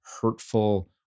hurtful